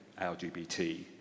LGBT